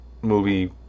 movie